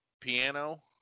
piano